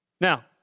Now